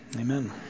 Amen